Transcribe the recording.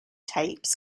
tapes